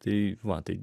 tai batai